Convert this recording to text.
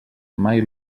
mai